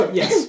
yes